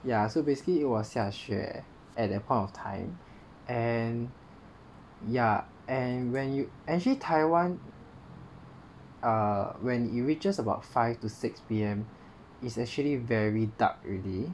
ya so basically it was 下雪 at that point of time and ya and when you actually Taiwan err when it reaches about five to six P_M it's actually very dark already